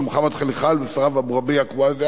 של מוחמד חליחל וסראב אבורביעה-קווידר,